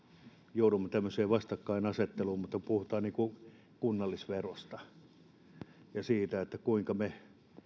joudumme tämmöiseen vastakkainasetteluun puhutaan kunnallisverosta ja siitä kuinka me